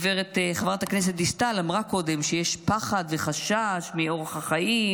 חברת הכנסת דיסטל אמרה קודם שיש פחד וחשש מאורח החיים,